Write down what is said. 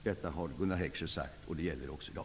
Detta har Gunnar Heckscher sagt, och det gäller också i dag.